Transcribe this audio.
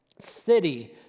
city